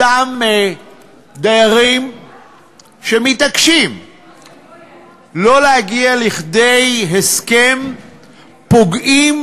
אותם דיירים שמתעקשים שלא להגיע לכדי הסכם פוגעים